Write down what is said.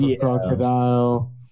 crocodile